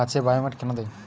গাছে বায়োমেট কেন দেয়?